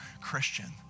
Christian